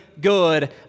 good